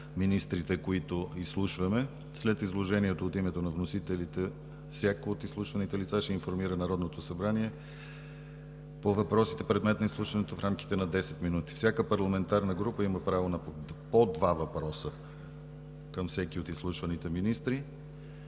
министрите, които изслушваме, са трима, след изложението от името на вносителите всяко от изслушваните лица ще информира Народното събрание по въпросите, предмет на изслушването, в рамките на 10 минути. Всяка парламентарна група има право на по 2 въпроса към всеки от изслушваните министри.